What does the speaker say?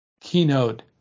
keynote